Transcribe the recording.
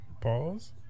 Pause